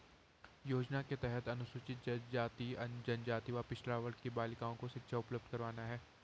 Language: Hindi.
योजना के तहत अनुसूचित जाति, जनजाति व पिछड़ा वर्ग की बालिकाओं को शिक्षा उपलब्ध करवाना है